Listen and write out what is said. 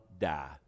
die